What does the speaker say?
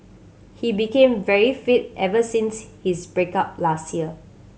he became very fit ever since his break up last year